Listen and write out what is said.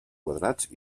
quadrats